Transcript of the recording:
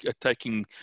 taking